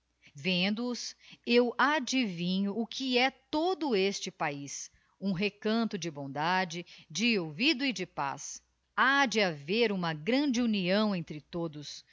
vendo-os eu adivinho o que é todo este paiz um recanto de bondade de olvido e de paz ha de haver uma grande união entre todos